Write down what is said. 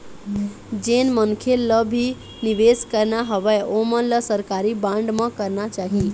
जेन मनखे ल भी निवेस करना हवय ओमन ल सरकारी बांड म करना चाही